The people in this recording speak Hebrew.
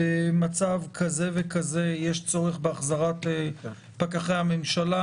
במצב כזה וכזה יש צורך בהחזרת פקחי הממשלה,